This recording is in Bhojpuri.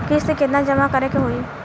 किस्त केतना जमा करे के होई?